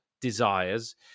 desires